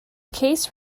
case